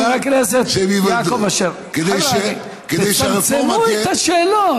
חבר הכנסת יעקב אשר, צמצמו את השאלות.